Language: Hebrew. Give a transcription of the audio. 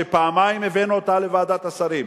שפעמיים הבאנו אותה לוועדת השרים.